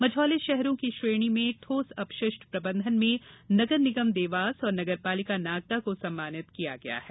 मझौले शहरों की श्रेणी में ठोस अपशिष्ट प्रबंधन में नगर निगम देवास और नगरपालिका नागदा को सम्मानित किया गया है